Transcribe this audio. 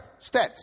stats